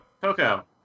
Coco